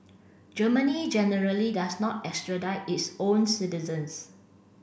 Germany generally does not extradite its own citizens